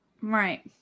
Right